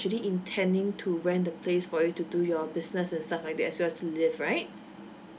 actually intending to rent the place for you to do your business and stuff like that as well as to live right